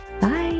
Bye